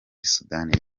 sudani